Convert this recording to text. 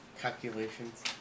calculations